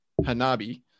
Hanabi